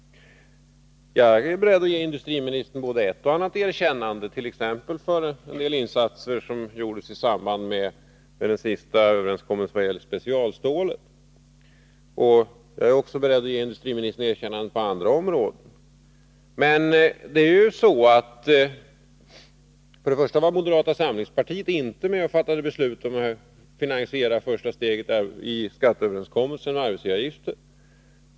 Jag är beredd att ge industriministern både ett och annat erkännande, t.ex. för en del insatser som gjordes i samband med den sista överenskommelsen vad gäller specialstålet. Jag är också beredd att ge industriministern erkännanden på andra områden. Men moderata samlingspartiet var inte med om att fatta beslut om att finansiera första steget i skatteöverenskommelsen med arbetsgivaravgifter.